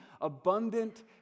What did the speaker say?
abundant